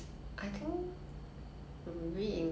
no no okay wait I have no idea what is~